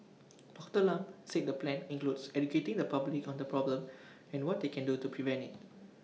Doctor Lam said the plan includes educating the public on the problem and what they can do to prevent IT